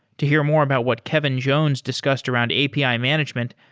to hear more about what kevin jones discussed around api ah management,